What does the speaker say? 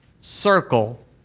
circle